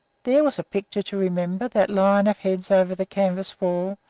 there was a picture to remember, that line of heads over the canvas wall,